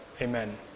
Amen